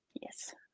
Yes